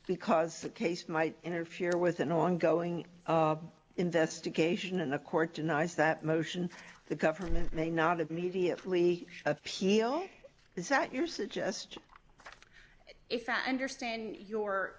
because the case might interfere with an ongoing investigation and the court denies that motion the government may not have mediately appeal is that your suggestion if our understand your